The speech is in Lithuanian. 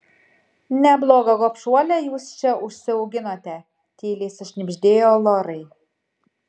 neblogą gobšuolę jūs čia užsiauginote tyliai sušnibždėjo lorai